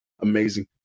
Amazing